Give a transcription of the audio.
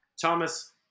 Thomas